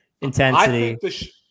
intensity